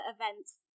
events